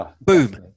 Boom